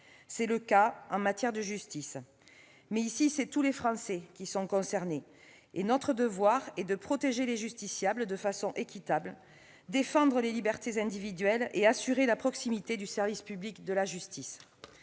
C'est le cas en matière de justice. Mais ici, ce sont tous les Français qui sont concernés. Notre devoir est de protéger les justiciables de manière équitable, de défendre les libertés individuelles et d'assurer la proximité du service public de la justice.